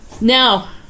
now